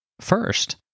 First